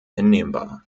hinnehmbar